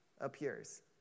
appears